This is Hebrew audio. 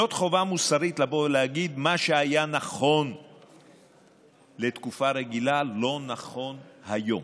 זאת חובה מוסרית להגיד: מה שהיה נכון לתקופה רגילה לא נכון היום.